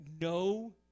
No